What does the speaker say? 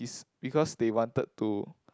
because they wanted to